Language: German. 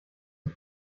und